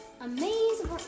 Amazing